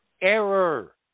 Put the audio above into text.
error